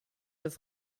das